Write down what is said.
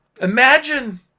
Imagine